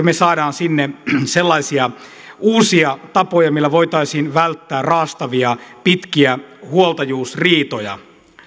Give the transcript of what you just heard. me saamme sinne sellaisia uusia tapoja joilla voitaisiin välttää raastavia pitkiä huoltajuusriitoja